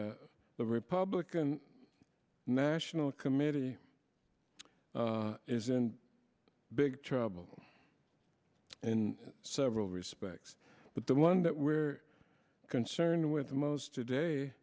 the the republican national committee is in big trouble in several respects but the one that we're concerned with the most today